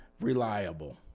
reliable